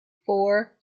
four